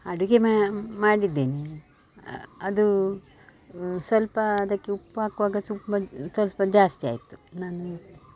ಅಡುಗೆ ಮಾಡಿದ್ದೇನೆ ಅದು ಸ್ವಲ್ಪ ಅದಕ್ಕೆ ಉಪ್ಪು ಹಾಕುವಾಗ ಸ್ವಲ್ಪ ಸ್ವಲ್ಪ ಜಾಸ್ತಿ ಆಯಿತು ನಾನು